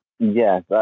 Yes